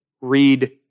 read